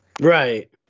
right